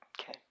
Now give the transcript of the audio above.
Okay